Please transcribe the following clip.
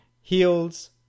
heels